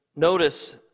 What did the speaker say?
Notice